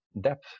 depth